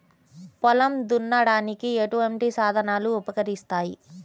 పొలం దున్నడానికి ఎటువంటి సాధనాలు ఉపకరిస్తాయి?